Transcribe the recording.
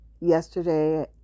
Yesterday